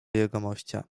jegomościa